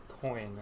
Coin